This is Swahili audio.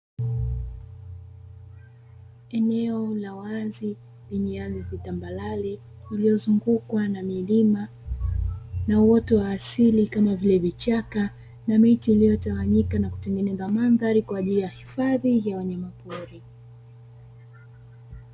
Eneo la wazi lenye ardhi tambarare lililozungukwa na milima na uoto wa asili kama vile, vichaka na miti iliyotawanyika na kutengeneza mandhari kwa ajili ya hifadhi ya wanyama pori.